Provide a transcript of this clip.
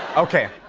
okay.